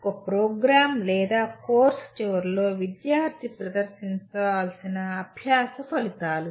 ఒక ప్రోగ్రామ్ లేదా కోర్సు చివరిలో విద్యార్థి ప్రదర్శించాల్సిన అభ్యాస ఫలితాలు